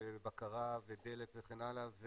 בקרה ודלק וכן הלאה,